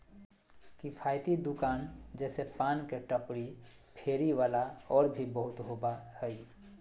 किफ़ायती दुकान जैसे पान के टपरी, फेरी वाला और भी बहुत होबा हइ